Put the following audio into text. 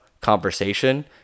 conversation